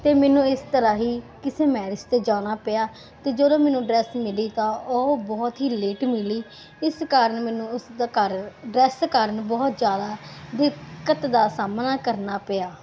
ਤੇ ਮੈਨੂੰ ਇਸ ਤਰ੍ਹਾਂ ਹੀ ਕਿਸੇ ਮੈਰਿਜ ਤੇ ਜਾਣਾ ਪਿਆ ਤੇ ਜਦੋਂ ਮੈਨੂੰ ਡਰੈਸ ਮਿਲੀ ਤਾਂ ਉਹ ਬਹੁਤ ਹੀ ਲੇਟ ਮਿਲੀ ਇਸ ਕਾਰਨ ਮੈਨੂੰ ਉਸਦਾ ਘਰ ਡਰੈਸ ਕਾਰਨ ਬਹੁਤ ਜਿਆਦਾ ਦਿੱਕਤ ਦਾ ਸਾਹਮਣਾ ਕਰਨਾ ਪਿਆ